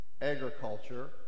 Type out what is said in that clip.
agriculture